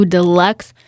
Deluxe